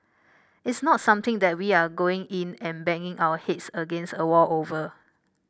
it's not something that we are going in and banging our heads against a wall over